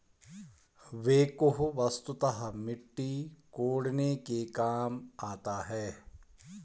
backhoe वस्तुतः मिट्टी कोड़ने के काम आता है